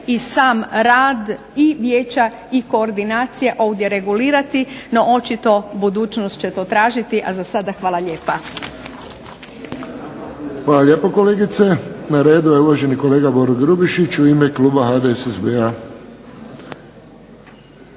i sam rad i Vijeća i koordinacija ovdje regulirati. No, očito budućnost će to tražiti, a za sada hvala lijepa. **Friščić, Josip (HSS)** Hvala lijepo kolegice. Na redu je uvaženi kolega Boro Grubišić u ime kluba HDSSB-a.